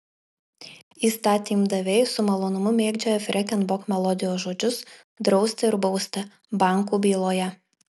įstatymdaviai su malonumu mėgdžioja freken bok melodijos žodžius drausti ir bausti bankų byloje